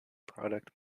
product